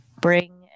bring